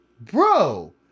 Bro